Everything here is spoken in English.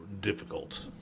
difficult